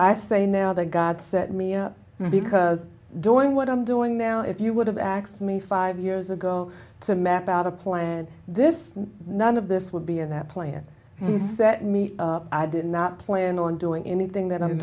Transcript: say now that god set me up because doing what i'm doing now if you would have access me five years ago to map out a plan this none of this would be in that plan he set me up i did not plan on doing anything that i'm